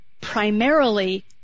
primarily